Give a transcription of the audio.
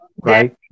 right